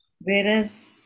Whereas